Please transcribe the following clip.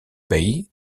bay